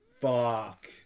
Fuck